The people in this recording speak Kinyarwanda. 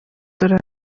dore